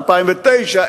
2009,